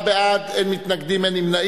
שתהיה הטעיה בין ביחס לאגרות או ביחס לנושא